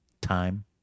Time